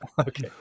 Okay